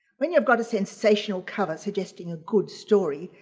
when you've got a sensational cover suggesting a good story,